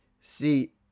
see